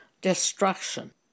destruction